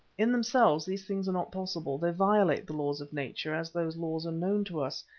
in themselves these things are not possible, they violate the laws of nature, as those laws are known to us,